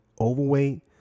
overweight